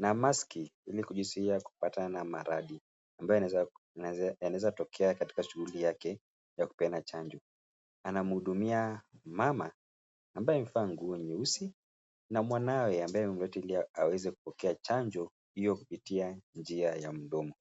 na maskii Ili kuzuia kupatana na maradhi ambaye yanaweza tokea katika shughuli yake ya kupeana chanjo, anamwuudumia mama ambaye amevaa nguo nyeusi na mwanawe ambaye ameketi hili aweze kupokea chanjo hiyo kupitia njia ya mdomo.